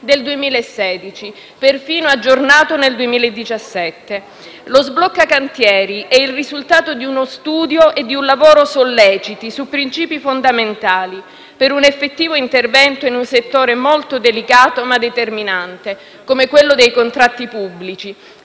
del 2016, perfino aggiornato nel 2017. Lo sblocca cantieri è il risultato di uno studio e di un lavoro solleciti su princìpi fondamentali, per un effettivo intervento in un settore molto delicato, ma determinante, come quello dei contratti pubblici,